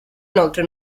inoltre